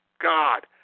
God